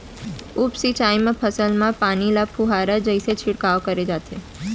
उप सिंचई म फसल म पानी ल फुहारा जइसे छिड़काव करे जाथे